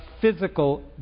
physical